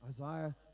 Isaiah